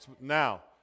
Now